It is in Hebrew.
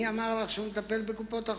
מי אמר לך שהוא מטפל בקופות-החולים?